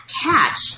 catch